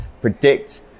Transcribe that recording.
predict